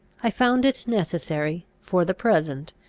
i found it necessary, for the present,